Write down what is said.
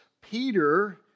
Peter